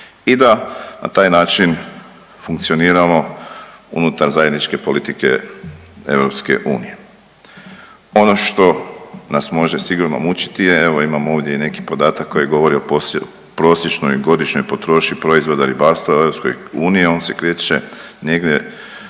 i da na taj način funkcioniramo unutar zajedničke politike EU. Ono što nas može sigurno mučiti je evo imamo ovdje i neki podatak koji govori o prosječnoj godišnjoj potrošnji proizvoda ribarstva u EU on se kreće negdje